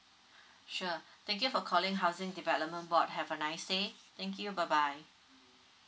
sure thank you for calling housing development board have a nice day thank you bye bye